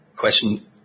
Question